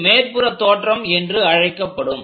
இது மேற்புறத் தோற்றம் என்று அழைக்கப்படும்